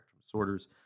disorders